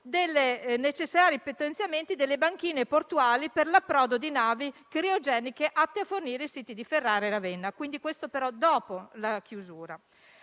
milioni necessari per il potenziamento delle banchine portuali per l'approdo di navi criogeniche atte a rifornire i siti di Ferrari e Ravenna. Ciò avverrà, però, dopo la chiusura.